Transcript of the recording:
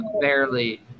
barely